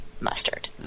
Mustard